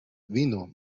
vino